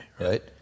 right